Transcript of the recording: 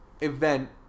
event